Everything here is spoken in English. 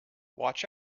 watch